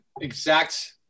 exact